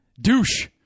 douche